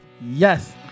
Yes